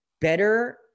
better